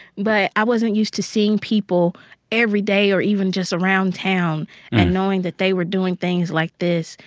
but i wasn't used to seeing people every day or even just around town and knowing that they were doing things like this,